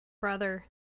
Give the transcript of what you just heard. brother